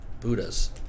Buddha's